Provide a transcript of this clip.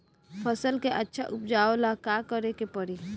फसल के अच्छा उपजाव ला का करे के परी?